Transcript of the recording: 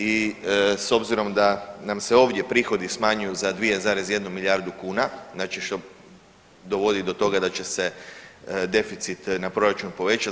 I s obzirom da nam se ovdje prihodi smanjuju za 2,1 milijardu kuna, znači što dovodi do toga da će se deficit na proračun povećati.